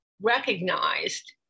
recognized